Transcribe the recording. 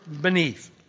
beneath